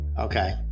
Okay